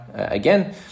again